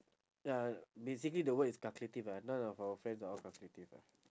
ya basically the word is calculative lah none of our friends are all calculative ah